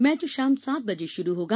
match शाम सात बजे शुरू होगा